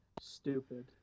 stupid